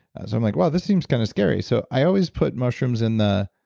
so i'm like wow this seems kind of scary so i always put mushrooms in the,